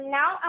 now